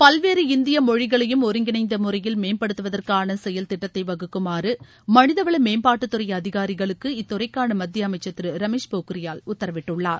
பல்வேறு இந்திய மொழிகளையும் ஒருங்கிணைந்த முறையில் மேம்படுத்துவதற்கான செயல் திட்டத்தை வகுக்குமாறு மனித வள மேம்பாட்டுத்துறை அதிகாரிகளுக்கு இத்துறைக்கான மத்திய அமைச்சர் திரு ரமேஷ் போக்ரியால் உத்தரவிட்டுள்ளார்